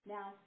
Now